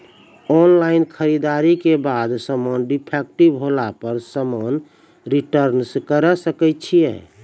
Online खरीददारी के बाद समान डिफेक्टिव होला पर समान रिटर्न्स करे सकय छियै?